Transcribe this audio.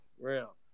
Real